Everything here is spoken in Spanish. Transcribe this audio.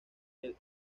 del